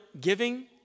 giving